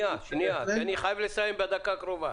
לשני הדברים.